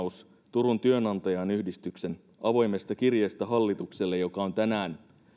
turun työnantajain yhdistyksen avoimesta kirjeestä hallitukselle joka on tänään